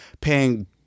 paying